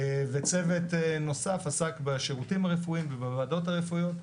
צוות נוסף עסק בשירותים הרפואיים ובוועדות הרפואיות,